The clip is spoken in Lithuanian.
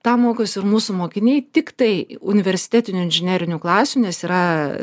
tą mokosi ir mūsų mokiniai tiktai universitetinių inžinerinių klasių nes yra